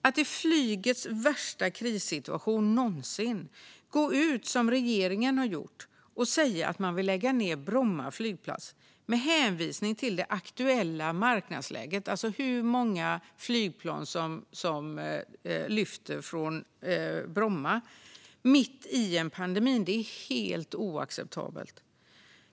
Att i flygets värsta krissituation någonsin gå ut, som regeringen har gjort, och säga att man vill lägga ned Bromma flygplats med hänvisning till det aktuella marknadsläget, alltså hur många flygplan som lyfter från Bromma mitt i en pandemi, är helt oacceptabelt.